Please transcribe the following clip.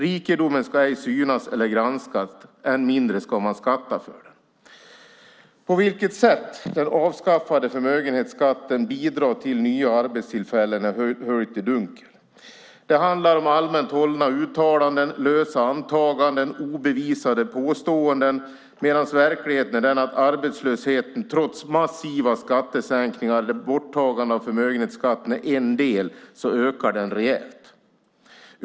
Rikedom ska inte synas eller granskas, än mindre ska man skatta för den. På vilket sätt den avskaffade förmögenhetsskatten bidrar till nya arbetstillfällen är höljt i dunkel. Det handlar om allmänt hållna uttalanden, lösa antaganden och obevisade påståenden medan verkligheten är att arbetslösheten trots massiva skattesänkningar och borttagande av förmögenhetsskatten ökar rejält.